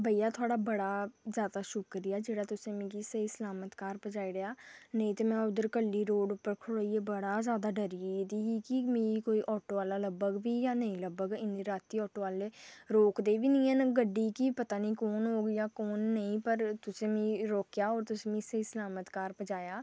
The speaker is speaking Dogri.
बेइया थुआढ़ा बड़ा जैदा शुक्रिया जेह्ड़ा तुसें मिगी स्हेई सलामत घर पजाई ओड़ेआ नेईं तां में उद्धर कल्ली रोड़ उप्पर खड़ोइयै बड़ा जैदा डरनी मी कोई आटो आह्ला लब्भग बी जां नेई लब्भग इन्नी रातीं आटो आह्ले रोकदे बी नेईं हैन गड्डी कि पता निं कु'न होग जां कु'न नेईं पर तुसें मी रोकेआ तुसें मी स्हेई सलामत घर पजाया